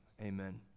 amen